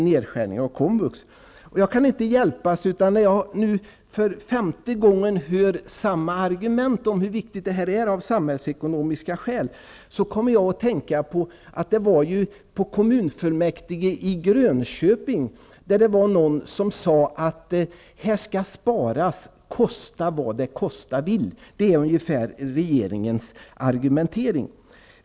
När jag nu för femte gången hör samma argument, hur viktigt detta är av samhällsekonomiska skäl, kan jag inte hjälpa att jag kommer att tänka på att det var någon i kommunfullmäktige i Grönköping som sade, att ''här skall sparas, kosta vad det kosta vill''. Det är ungefär regeringens argumentering.